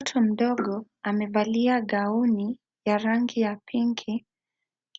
Mtoto mdogo amevalia gauni ya rangi ya pink